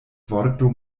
vorto